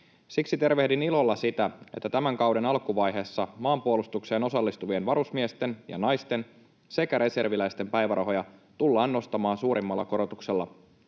Siksi tervehdin ilolla sitä, että tämän kauden alkuvaiheessa maanpuolustukseen osallistuvien varusmiesten ja ‑naisten sekä reserviläisten päivärahoja tullaan nostamaan suurimmalla korotuksella